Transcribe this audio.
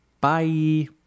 Bye